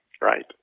Right